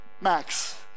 max